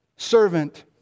servant